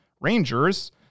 rangers